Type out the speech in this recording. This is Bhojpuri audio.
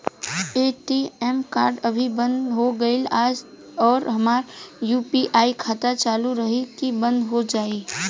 ए.टी.एम कार्ड अभी बंद हो गईल आज और हमार यू.पी.आई खाता चालू रही की बन्द हो जाई?